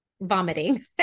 vomiting